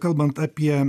kalbant apie